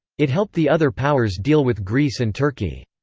it helped the other powers deal with greece and turkey.